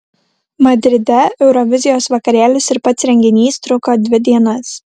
madride eurovizijos vakarėlis ir pats renginys truko dvi dienas